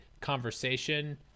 conversation